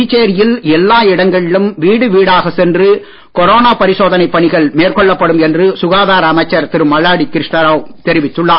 புதுச்சேரியில் எல்லா இடங்களிலும் வீடு வீடாகச் சென்று கொரோனா பரிசோதனைப் பணிகள் மேற்கொள்ளப்படும் என்று சுகாதார அமைச்சர் திரு மல்லாடி கிருஷ்ணராவ் தெரிவித்துள்ளார்